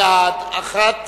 בעד, 28, אחת